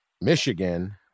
Michigan